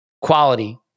quality